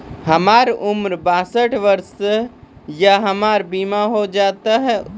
हमर उम्र बासठ वर्ष या हमर बीमा हो जाता यो?